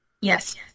Yes